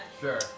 Sure